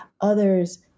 Others